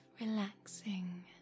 relaxing